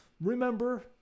Remember